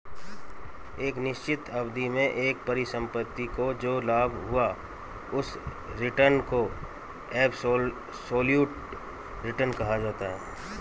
एक निश्चित अवधि में एक परिसंपत्ति को जो लाभ हुआ उस रिटर्न को एबसोल्यूट रिटर्न कहा जाता है